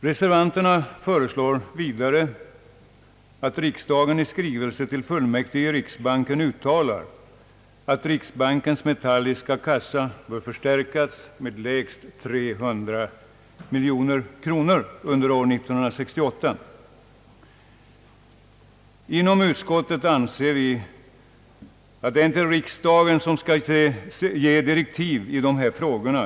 Reservanterna föreslår vidare, att riksdagen i skrivelse till fullmäktige i riksbanken uttalar att riksbankens metalliska kassa bör förstärkas med lägst 300 miljoner kronor under år 1968. Inom utskottet anser vi att det inte är riksdagen som skall ge direktiv i de här frågorna.